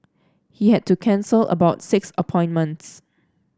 he had to cancel about six appointments